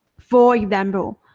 for example,